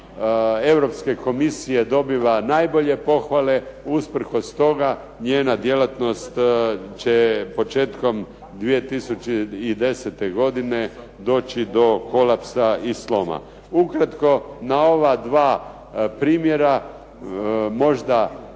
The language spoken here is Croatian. Europske komisije dobiva najbolje pohvale, usprkos tome njena djelatnost će početkom 2010. godine doći do kolapsa i sloma. Ukratko na ova dva primjera, možda